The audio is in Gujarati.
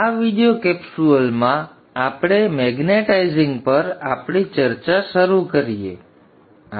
આ વિડિયો કેપ્સ્યુલ માં આપણે ચુંબકીય પર આપણી ચર્ચા શરૂ કરીશું